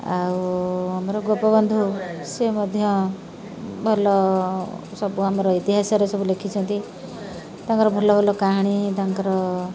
ଆଉ ଆମର ଗୋପବନ୍ଧୁ ସେ ମଧ୍ୟ ଭଲ ସବୁ ଆମର ଇତିହାସରେ ସବୁ ଲେଖିଛନ୍ତି ତାଙ୍କର ଭଲ ଭଲ କାହାଣୀ ତାଙ୍କର